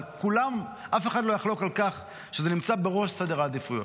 אבל אף אחד לא יחלוק על כך שזה נמצא בראש סדר העדיפויות.